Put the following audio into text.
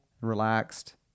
relaxed